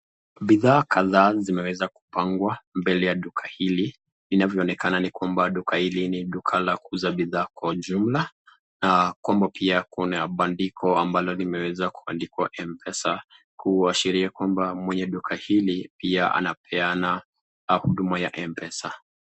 Bidhaa kadhaa zimeweza kupangwa mbele ya duka hili inavyoonekana ni kwamba duka hili ni duka la kuuza bidhaa kwa ujumla, na kwamba pia kuna maandiko ambalo limeweza kuandikwa M-Pesa, kuashriria kuwa mwenye duka hili pia anapeana huduma ya M-Pesa.